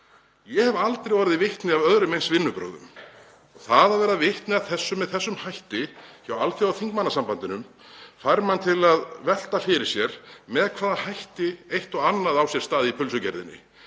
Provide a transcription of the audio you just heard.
Ég hef aldrei orðið vitni að öðrum eins vinnubrögðum. Og það að verða vitni að þessu með slíkum hætti hjá Alþjóðaþingmannasambandinu fær mann til að velta fyrir sér með hvaða hætti eitt og annað á sér stað í pylsugerðinni,